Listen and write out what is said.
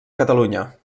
catalunya